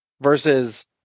versus